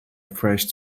fresh